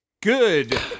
Good